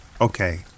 Okay